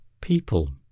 people